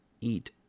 Eat